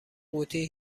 قوطی